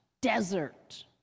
Desert